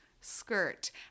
skirt